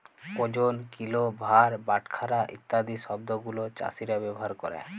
ওজন, কিলো, ভার, বাটখারা ইত্যাদি শব্দ গুলো চাষীরা ব্যবহার ক্যরে